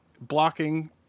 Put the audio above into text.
blocking